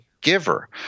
giver